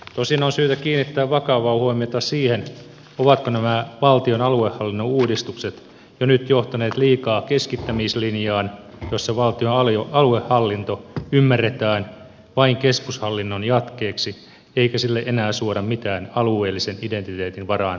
tosin on syytä kiinnittää vakavaa huomiota siihen ovatko nämä valtion aluehallinnon uudistukset jo nyt johtaneet liikaa keskittämislinjaan jossa valtion aluehallinto ymmärretään vain keskushallinnon jatkeeksi eikä sille enää suoda mitään alueellisen identiteetin varaan rakentuvaa tehtävää